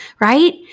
right